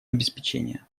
обеспечения